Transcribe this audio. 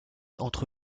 entre